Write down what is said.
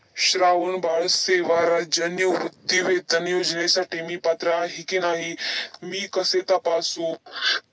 श्रावणबाळ सेवा राज्य निवृत्तीवेतन योजनेसाठी मी पात्र आहे की नाही हे मी कसे तपासू?